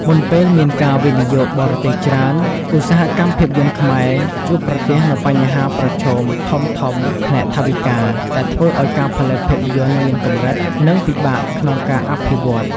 មុនពេលមានការវិនិយោគបរទេសច្រើន ឧស្សាហកម្មភាពយន្តខ្មែរជួបប្រទះនូវបញ្ហាប្រឈមធំៗផ្នែកថវិកា ដែលធ្វើឱ្យការផលិតភាពយន្តមានកម្រិត និងពិបាកក្នុងការអភិវឌ្ឍ។